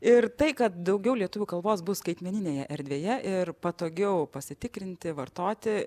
ir tai kad daugiau lietuvių kalbos bus skaitmeninėje erdvėje ir patogiau pasitikrinti vartoti